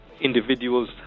Individuals